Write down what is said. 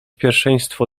pierwszeństwo